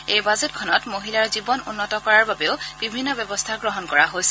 এই বাজেটখনত মহিলাৰ জীৱন উন্নত কৰাৰ বাবেও বিভিন্ন ব্যৱস্থা গ্ৰহণ কৰা হৈছে